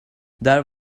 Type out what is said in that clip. there